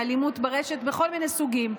מאלימות ברשת בכל מיני סוגים.